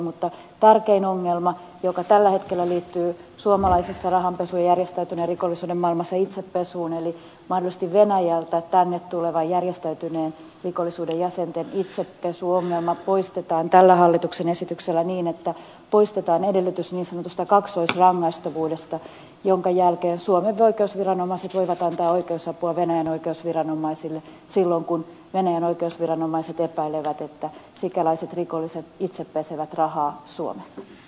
mutta tärkein ongelma joka tällä hetkellä liittyy suomalaisessa rahanpesu ja järjestäytyneen rikollisuuden maailmassa itsepesuun eli mahdollisesti venäjältä tänne tuleva järjestäytyneen rikollisuuden jäsenten itsepesuongelma poistetaan tällä hallituksen esityksellä niin että poistetaan edellytys niin sanotusta kaksoisrangaistavuudesta minkä jälkeen suomen oikeusviranomaiset voivat antaa oikeusapua venäjän oikeusviranomaisille silloin kun venäjän oikeusviranomaiset epäilevät että sikäläiset rikolliset itsepesevät rahaa suomessa